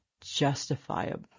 justifiable